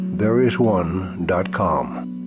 Thereisone.com